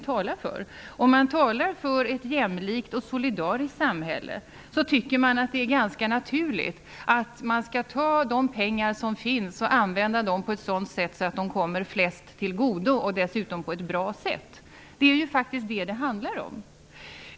Talar man för ett jämlikt och solidariskt samhälle, tycker man att det är ganska naturligt att ta de pengar som finns och använda dem på ett sådant sätt att de kommer så många människor som möjligt till godo, på ett bra sätt dessutom. Det är ju detta det handlar om.